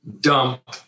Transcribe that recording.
dump